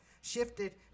shifted